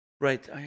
Right